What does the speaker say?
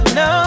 no